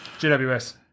GWS